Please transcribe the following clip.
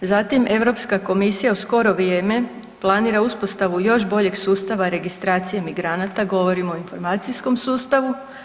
Zatim Europska komisija u skoro vrijeme planira uspostavu još boljeg sustava registracije migranata govorim o informacijskom sustavu.